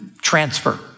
transfer